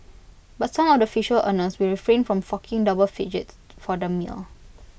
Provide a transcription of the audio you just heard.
but some of the visual earners will refrain from forking double digits for the meal